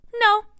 No